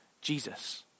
Jesus